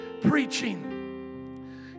preaching